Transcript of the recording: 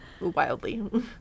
wildly